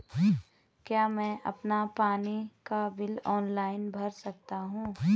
क्या मैं अपना पानी का बिल ऑनलाइन भर सकता हूँ?